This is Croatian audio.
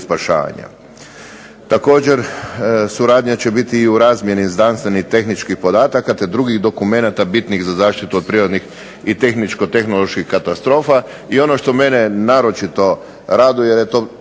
Također suradnja će biti i u razmjeni znanstvenih i tehničkih podataka, te drugih dokumenata bitnih za zaštitu od prirodnih i tehničko-tehnoloških katastrofa, i ono što mene naročito raduje jer je to